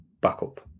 backup